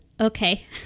Okay